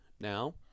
now